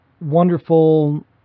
wonderful